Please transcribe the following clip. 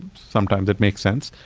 sometimes it makes sense.